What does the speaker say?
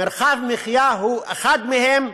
מרחב מחיה הוא אחד מהם,